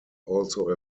also